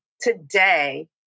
today